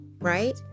right